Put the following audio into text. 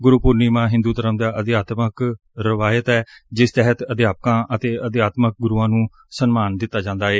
ਗੁਰੂ ਪੰਨਿਆ ਹਿੰਦੂ ਧਰਮ ਦਾ ਅਧਿਆਤਮਕ ਰਵਾਇਤ ਏ ਜਿਸ ਤਹਿਤ ਅਧਿਆਪਕਾ ਅਤੇ ਅਧਿਆਤਮਕ ਗੁਰੁਆਂ ਨੂੰ ਸਨਮਾਨ ਦਿੱਤਾ ਜਾਂਦਾ ਏ